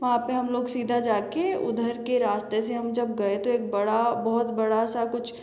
वहाँ पे हम लोग सीधा जाके उधर के रास्ते से हम जब गए तो एक बड़ा बहुत बड़ा सा कुछ